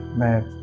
mad,